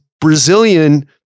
Brazilian